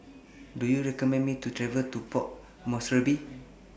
Do YOU recommend Me to travel to Port Moresby